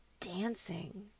dancing